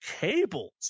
cables